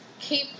keep